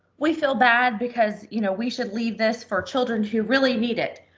we feel bad because, you know, we should leave this for children who really need it.